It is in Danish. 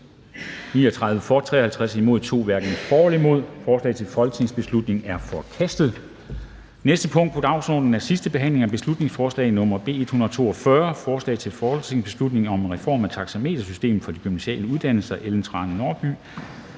for eller imod stemte 2 (NB). Forslaget til folketingsbeslutning er forkastet. --- Det næste punkt på dagsordenen er: 56) 2. (sidste) behandling af beslutningsforslag nr. B 142: Forslag til folketingsbeslutning om en reform af taxametersystemet for de gymnasiale uddannelser. Af Ellen Trane Nørby